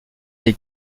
des